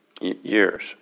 years